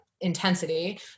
intensity